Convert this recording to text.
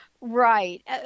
right